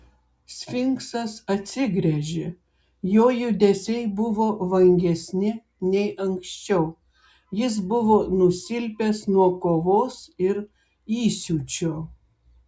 sfinksas atsigręžė jo judesiai buvo vangesni nei anksčiau jis buvo nusilpęs nuo kovos ir įsiūčio